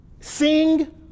sing